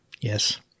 Yes